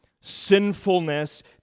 sinfulness